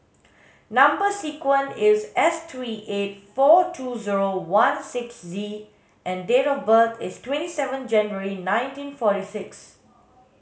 number sequence is S three eight four two zero one six Z and date of birth is twenty seven January nineteen forty six